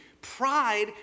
Pride